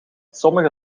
sommige